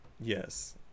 Yes